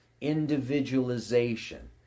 individualization